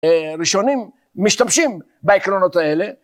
ראשונים משתמשים בעקרונות האלה.